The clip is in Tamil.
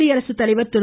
குடியரசுத்தலைவர் திரு